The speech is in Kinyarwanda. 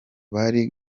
bari